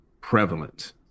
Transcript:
prevalent